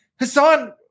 Hassan